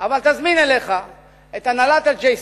אבל תזמין אליך את הנהלת ה-J Street.